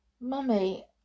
Mummy